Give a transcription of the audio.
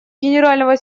генерального